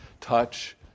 touch